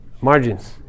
margins